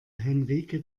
henrike